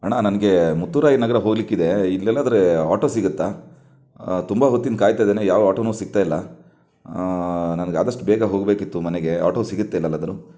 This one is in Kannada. ಅಣ್ಣಾ ನನಗೆ ಮುತ್ತುರಾಯ ನಗರ ಹೋಗಲಿಕ್ಕಿದೆ ಇಲ್ಲೆಲ್ಲಾದರೂ ಆಟೋ ಸಿಗತ್ತಾ ತುಂಬ ಹೊತ್ತಿಂದ ಕಾಯ್ತಾ ಇದ್ದೀನಿ ಯಾವ ಆಟೋನು ಸಿಗ್ತಾ ಇಲ್ಲ ನನಗಾದಷ್ಟು ಬೇಗ ಹೋಗಬೇಕಿತ್ತು ಮನೆಗೆ ಆಟೋ ಸಿಗತ್ತಾ ಇಲ್ಲೆಲ್ಲಾದರೂ